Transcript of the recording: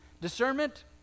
Discernment